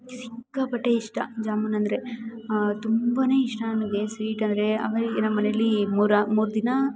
ಸಿಕ್ಕಾಪಟ್ಟೆ ಇಷ್ಟ ಜಾಮೂನ್ ಅಂದರೆ ತುಂಬಾ ಇಷ್ಟ ನನಗೆ ಸ್ವೀಟಂದರೆ ಆಮೇಲೆ ಈಗ ನಮ್ಮನೆಯಲ್ಲಿ ಮೂರು ಮೂರು ದಿನ